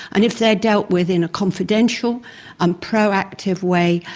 and if they are dealt with in a confidential and proactive way,